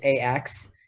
AX